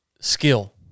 skill